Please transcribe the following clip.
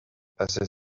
passait